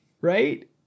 right